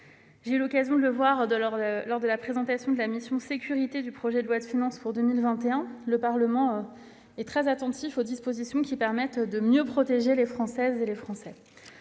j'ai eu l'occasion de le voir lors de l'examen de la mission « Sécurités » du projet de loi de finances pour 2021, le Parlement est très attentif aux dispositions qui permettent de mieux protéger les Françaises et les Français.